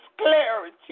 clarity